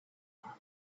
all